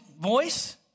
voice